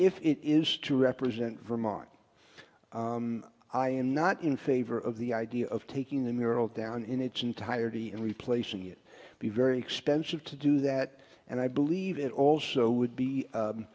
if it is to represent vermont i am not in favor of the idea of taking the mural down in its entirety and replacing it be very expensive to do that and i believe it also would